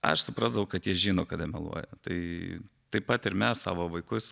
aš supratau kad jie žino kada meluoja tai taip pat ir mes savo vaikus